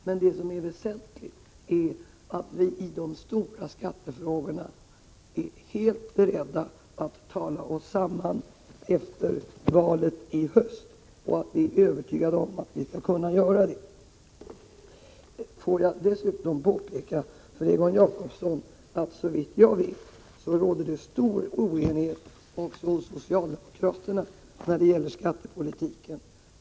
Men det väsentliga är att vi i de stora skattefrågorna är helt beredda att tala oss samman efter valet i höst och att vi är övertygade om att vi skall kunna göra det. Får jag dessutom påpeka för Egon Jacobsson att det, såvitt jag vet, råder stor oenighet också hos socialdemokraterna när det gäller skattepolitiken.